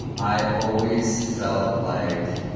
i always felt like,